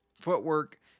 footwork